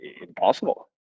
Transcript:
impossible